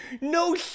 no